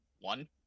One